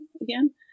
again